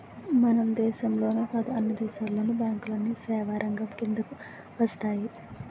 మన దేశంలోనే కాదు అన్ని దేశాల్లోను బ్యాంకులన్నీ సేవారంగం కిందకు వస్తాయి